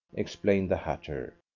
explained the hatter.